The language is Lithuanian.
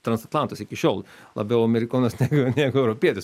transatlantas iki šiol labiau amerikonas negu negu europietis